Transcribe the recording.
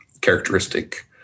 characteristic